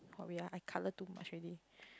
oh wait ah I colour too much already